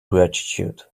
gratitude